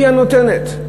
היא הנותנת.